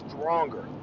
stronger